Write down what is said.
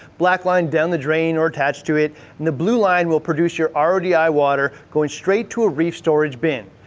black line down the drain or attached to it. and the blue line will produce your um rodi water, going straight to a reef storage bin.